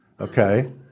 Okay